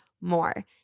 more